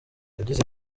yagize